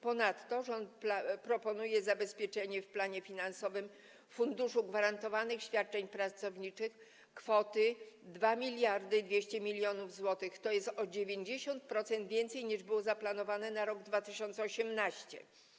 Ponadto rząd proponuje zabezpieczenie w planie finansowanym Funduszu Gwarantowanych Świadczeń Pracowniczych kwoty 2200 mln zł, tj. o 90% więcej niż było zaplanowane na rok 2018.